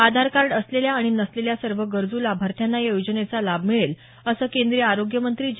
आधारकार्ड असलेल्या आणि नसलेल्या सर्व गरजू लाभार्थ्यांना या योजनेचा लाभ मिळेल असं केंद्रीय आरोग्यमंत्री जे